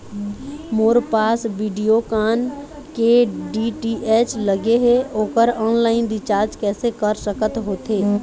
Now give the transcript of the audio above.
मोर पास वीडियोकॉन के डी.टी.एच लगे हे, ओकर ऑनलाइन रिचार्ज कैसे कर सकत होथे?